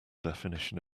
definition